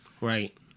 Right